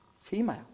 female